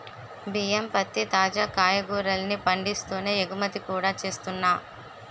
బియ్యం, పత్తి, తాజా కాయగూరల్ని పండిస్తూనే ఎగుమతి కూడా చేస్తున్నా